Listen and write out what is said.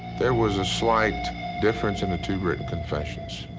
there was a slight difference in the two written confessions.